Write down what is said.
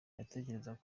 natekerezaga